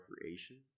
Recreation